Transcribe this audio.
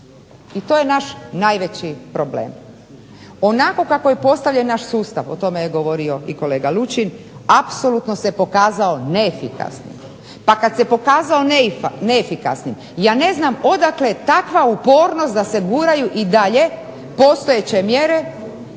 i to je naš najveći problem. Onako kako je postavljen naš sustav, o tome je govorio i kolega Lučin, apsolutno se pokazao neefikasnim. Pa kad se pokazao neefikasnim ja ne znam odakle takva upornost da se guraju i dalje postojeće mjere,